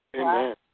Amen